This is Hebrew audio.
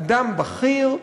אדם בכיר.